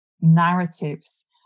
narratives